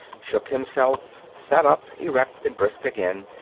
shook himself, sat up, erect and brisk again,